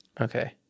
Okay